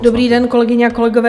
Dobrý den, kolegyně a kolegové.